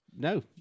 No